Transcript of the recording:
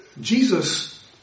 Jesus